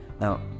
Now